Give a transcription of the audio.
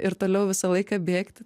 ir toliau visą laiką bėgti